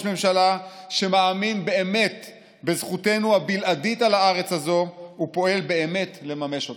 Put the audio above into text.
ממשלה שמאמין באמת בזכותנו הבלעדית על הארץ הזאת ופועל באמת לממש אותה.